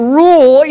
rule